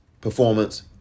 performance